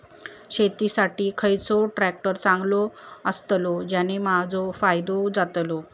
शेती साठी खयचो ट्रॅक्टर चांगलो अस्तलो ज्याने माजो फायदो जातलो?